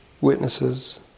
witnesses